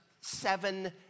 seven